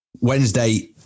Wednesday